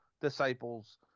Disciples